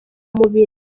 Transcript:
mubiri